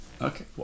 Okay